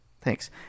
Thanks